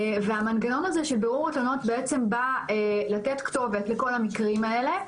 והמנגנון הזה של בירור התלונות בא לתת כתובת לכל המקרים האלה.